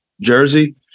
jersey